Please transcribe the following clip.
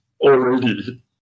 already